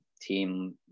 team